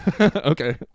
Okay